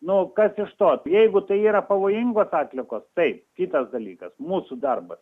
nu kas iš to jeigu tai yra pavojingos atliekos taip kitas dalykas mūsų darbas